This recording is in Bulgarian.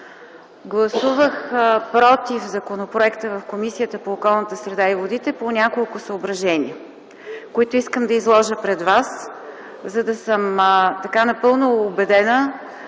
Гласувах „против” законопроекта в Комисията по околната среда и водите по няколко съображения, които искам да изложа пред вас, за да съм напълно убедена,